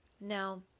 now